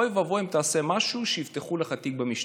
אוי ואבוי אם תעשה משהו ויפתחו לך תיק במשטרה.